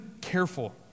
careful